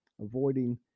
Avoiding